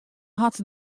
hat